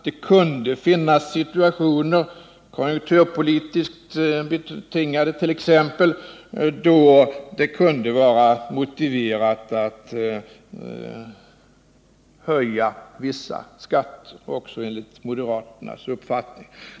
Det kunde finnas situationer — t.ex. konjunkturpolitiskt betingade — då det vore motiverat att höja vissa skatter också enligt moderaternas uppfattning.